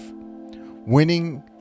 winning